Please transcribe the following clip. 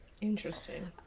Interesting